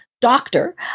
doctor